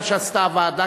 מה שעשתה הוועדה,